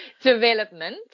Development